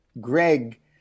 Greg